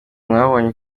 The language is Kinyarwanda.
mwabonye